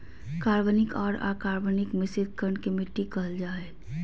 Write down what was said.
कार्बनिक आर अकार्बनिक मिश्रित कण के मिट्टी कहल जा हई